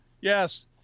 Yes